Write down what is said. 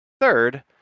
Third